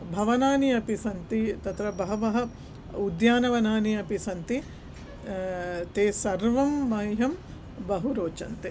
भवनानि अपि सन्ति तत्र बहवः उद्यानवनानि अपि सन्ति ते सर्वं मह्यं बहु रोचन्ते